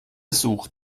sucht